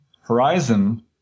horizon